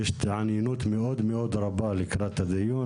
יש התעניינות מאוד מאוד רבה לקראת הדיון,